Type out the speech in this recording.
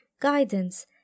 guidance